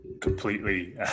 completely